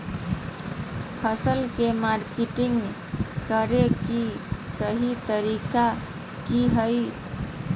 फसल के मार्केटिंग करें कि सही तरीका की हय?